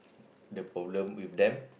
the problem with them